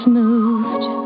moved